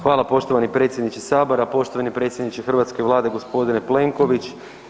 Hvala, poštovani predsjedniče Sabora, poštovani predsjedniče hrvatske Vlade, g. Plenković.